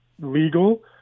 legal